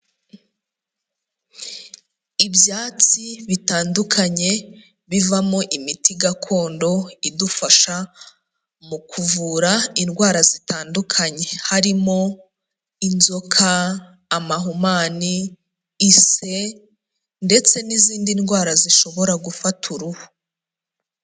Ibyatsi bitandukanye bivamo imiti gakondo idufasha mu kuvura indwara zitandukanye, harimo inzoka, amahumane, ise ndetse n'izindi ndwara zishobora gufata uruhu.